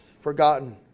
forgotten